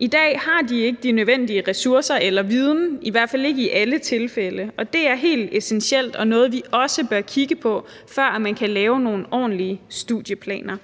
I dag har de ikke de nødvendige ressourcer eller den nødvendige viden, i hvert fald ikke i alle tilfælde, og det er helt essentielt at have det og noget, vi også bør kigge på, før man kan lave nogle ordentlige studieplaner.